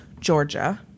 Georgia